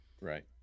Right